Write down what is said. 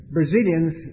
Brazilians